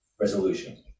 resolution